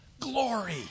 Glory